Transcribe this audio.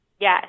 Yes